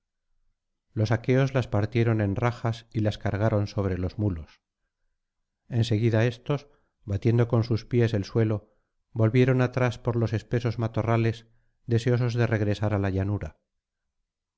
los aqueos las partieron en rajas y las cargaron sobre los mulos en seguida éstos batiendo con sus pies el suelo volvieron atrás por los espesos matorrales deseosos de regresar á la llanura